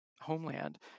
homeland